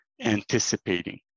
anticipating